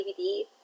DVD